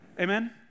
amen